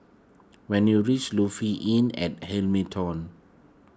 when you reach Lofi Inn at Hamilton